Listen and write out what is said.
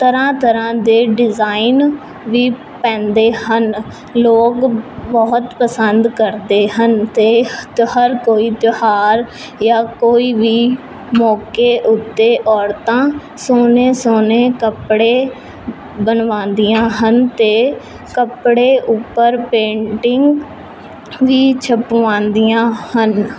ਤਰ੍ਹਾਂ ਤਰ੍ਹਾਂ ਦੇ ਡਿਜ਼ਾਇਨ ਵੀ ਪੈਂਦੇ ਹਨ ਲੋਕ ਬਹੁਤ ਪਸੰਦ ਕਰਦੇ ਹਨ ਅਤੇ ਹਰ ਕੋਈ ਤਿਉਹਾਰ ਜਾਂ ਕੋਈ ਵੀ ਮੌਕੇ ਉੱਤੇ ਔਰਤਾਂ ਸੋਹਣੇ ਸੋਹਣੇ ਕੱਪੜੇ ਬਣਵਾਉਂਦੀਆਂ ਹਨ ਅਤੇ ਕੱਪੜੇ ਉੱਪਰ ਪੇਂਟਿੰਗ ਵੀ ਛਪਵਾਉਂਦੀਆਂ ਹਨ